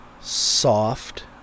soft